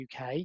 UK